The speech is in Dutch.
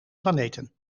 planeten